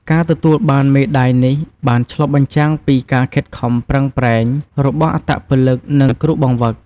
ការទទួលបានមេដាយនេះបានឆ្លុះបញ្ចាំងពីការខិតខំប្រឹងប្រែងរបស់អត្តពលិក និងគ្រូបង្វឹក។